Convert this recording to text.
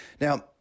Now